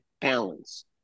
balance